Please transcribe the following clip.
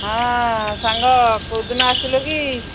ହଁ ସାଙ୍ଗ କେଉଁଦିନ ଆସିଲୁ କି